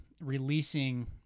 releasing